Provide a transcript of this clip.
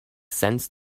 sense